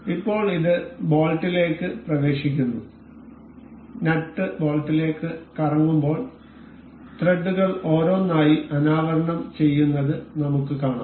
അതിനാൽ ഇപ്പോൾ ഇത് ബോൾട്ടിലേക്ക് പ്രവേശിക്കുന്നു നട്ട് ബോൾട്ടിലേക്ക് കറങ്ങുമ്പോൾ ത്രെഡുകൾ ഓരോന്നായി അനാവരണം ചെയ്യുന്നത് നമുക്ക് കാണാം